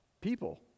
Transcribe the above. People